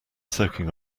soaking